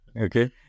okay